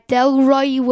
Delroy